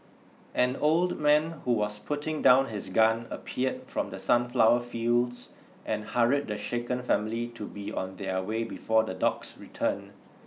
an old man who was putting down his gun appeared from the sunflower fields and hurried the shaken family to be on their way before the dogs return